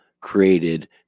Created